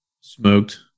smoked